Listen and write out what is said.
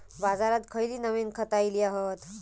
बाजारात खयली नवीन खता इली हत?